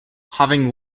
having